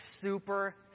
super